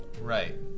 Right